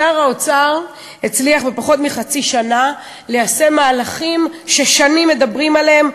שר האוצר הצליח בפחות מחצי שנה ליישם מהלכים ששנים מדברים עליהם,